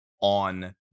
on